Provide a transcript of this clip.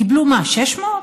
קיבלו, כמה?